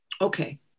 Okay